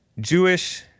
Jewish